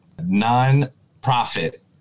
non-profit